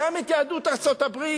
גם את יהדות ארצות-הברית?